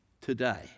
today